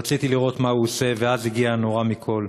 רציתי לראות מה הוא עושה, ואז הגיע הנורא מכול,